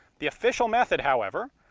the official method however.